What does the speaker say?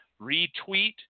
Retweet